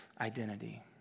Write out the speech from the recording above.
identity